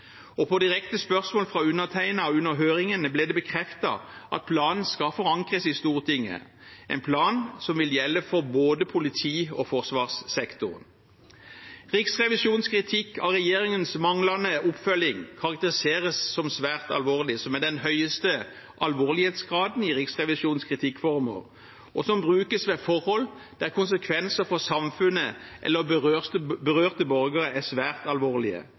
finansiering. På direkte spørsmål fra undertegnede under høringene ble det bekreftet at planen skal forankres i Stortinget – en plan som vil gjelde for både politi- og forsvarssektoren. Riksrevisjonens kritikk av regjeringens manglende oppfølging karakteriseres som «svært alvorlig», som er den høyeste alvorlighetsgraden i Riksrevisjonens kritikkformer, og som brukes ved forhold der konsekvensene for samfunnet eller berørte borgere er svært alvorlige,